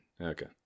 Okay